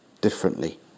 differently